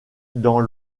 dans